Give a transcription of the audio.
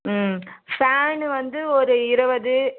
ம் ஃபேனு வந்து ஒரு இருவது